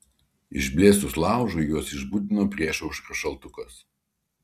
išblėsus laužui juos išbudino priešaušrio šaltukas